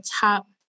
top